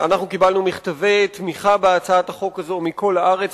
אנחנו קיבלנו מכתבי תמיכה בהצעת החוק הזאת מכל הארץ.